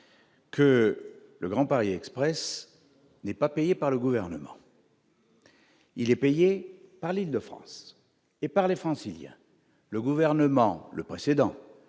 Que le Grand Paris Express n'est pas payé par le gouvernement. Il est payé par l'Île-de-France et par les Franciliens le gouvernement le précédent